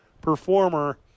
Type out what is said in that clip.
performer